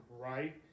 right